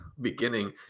beginning